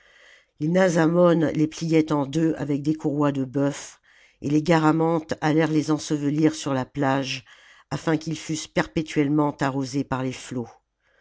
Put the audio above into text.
les nasamones les pfiaient en deux avec des courroies de bœuf et les garamantes allèrent les ensevehr sur la plage afin qu'ils fussent perpétuellement arrosés par les flots